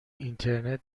اینترنت